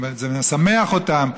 זה משמח אותם,